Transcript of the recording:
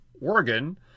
Oregon